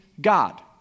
God